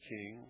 King